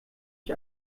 ich